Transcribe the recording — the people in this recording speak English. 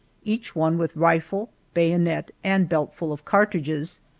each one with rifle, bayonet, and belt full of cartridges,